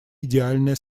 идеальное